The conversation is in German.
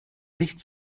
nicht